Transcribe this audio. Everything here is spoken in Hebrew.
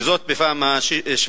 וזאת בפעם השביעית.